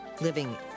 Living